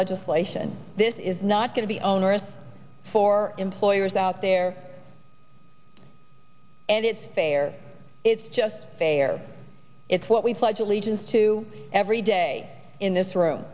legislation this is not going to be onerous for employers out there and it's fair it's just fair it's what we pledge allegiance to every day in this room